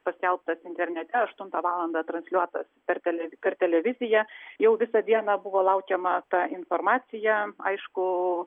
paskelbtas internete aštuntą valandą transliuotas per tele per televiziją jau visą dieną buvo laukiama ta informacija aišku